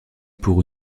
pour